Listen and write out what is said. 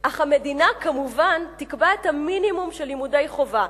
אך המדינה כמובן תקבע את המינימום של לימודי חובה,